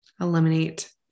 eliminate